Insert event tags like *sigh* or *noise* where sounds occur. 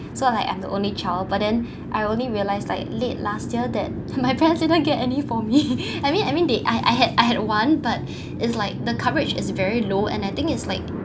so like I'm the only child but then I only realise like late last year that my parents didn't get any for me *laughs* I mean I mean they I I had I had one but it's like the coverage is very low and I think it's like